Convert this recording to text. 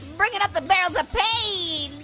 bringing up the barrels of pain.